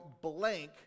blank